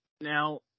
Now